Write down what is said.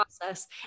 process